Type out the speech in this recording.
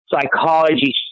psychology